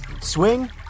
Swing